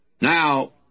Now